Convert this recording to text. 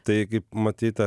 tai kaip matei tą